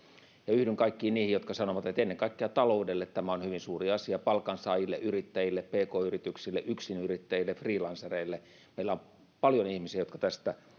yhdyn kaikkiin niihin jotka sanovat että ennen kaikkea taloudelle tämä on hyvin suuri asia palkansaajille yrittäjille pk yrityksille yksinyrittäjille freelancereille meillä on paljon ihmisiä jotka tästä